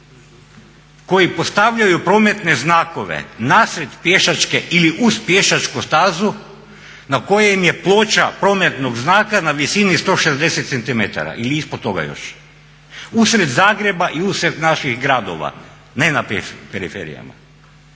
koji postavljaju prometne znakove nasred pješačke ili uz pješačku stazu na kojem je ploča prometnog znaka na visini 160 cm ili ispod toga još? Usred Zagreba i usred naših gradova ne na periferijama.